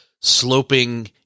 sloping